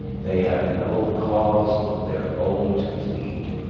they have no cause of their own to plead,